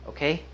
Okay